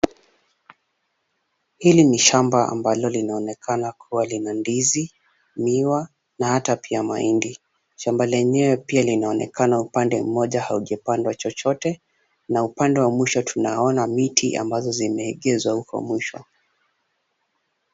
Hili ni shamba ambalo linaonekana kuwa lina ndizi, miwa na hata pia mahindi. Shamba lenyewe pia linaonekana upande mmoja haujapandwa chochote na upande wa mwisho tunaona miti ambazo zimeegezwa uko mwisho.